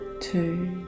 two